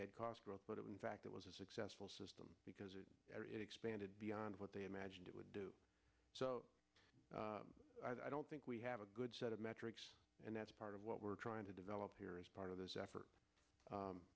that in fact it was a successful system because it expanded beyond what they imagined it would do so i don't think we have a good set of metrics and that's part of what we're trying to develop here as part of this effort